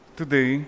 today